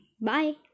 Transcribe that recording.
Bye